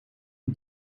een